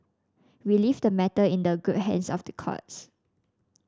we leave the matter in the good hands of the courts